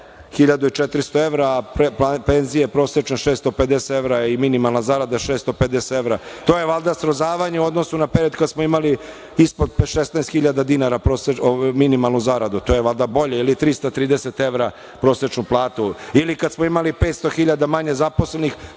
1.400 evra, a prosečne penzije 650 evra i minimalna zarada 650 evra. To je valjda srozavanje u odnosu na period kada smo imali ispod 16.000 dinara minimalnu zaradu, to je valjda bolje ili 330 evra prosečnu platu ili kad smo imali 500.000 manje zaposlenih,